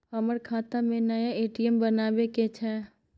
हमर खाता में नया ए.टी.एम बनाबै के छै?